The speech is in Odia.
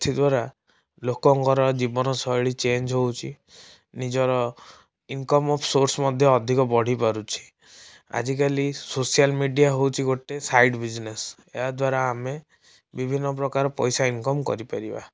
ଏଥିଦ୍ଵାର ଲୋକଙ୍କର ଜୀବନଶୈଳୀ ଚେଞ୍ଜ ହେଉଛି ନିଜର ଇନକମ ଅଫ ସୋର୍ସ ମଧ୍ୟ ଅଧିକ ବଢ଼ିପାରୁଛି ଆଜିକାଲି ସୋସିଆଲ ମିଡ଼ିଆ ହେଉଛି ଗୋଟେ ସାଇଡ଼ ବିଜନେସ ଏହାଦ୍ବାରା ଆମେ ବିଭନ୍ନ ପ୍ରକାର ପଇସା ଇନକମ କରିପାରିବା